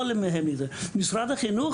מהמל"ג